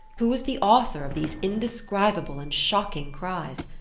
who was the author of these indescribable and shocking cries?